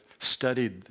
studied